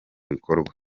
bikorwa